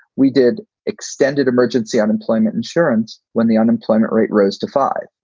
we did extended emergency unemployment insurance when the unemployment rate rose to five.